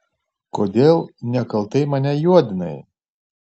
kodėl nekaltai mane juodinai